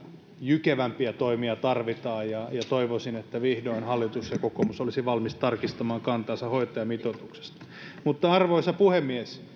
jykevämpiä toimia tarvitaan ja toivoisin että vihdoin hallitus ja kokoomus olisivat valmiita tarkastamaan kantansa hoitajamitoitukseen arvoisa puhemies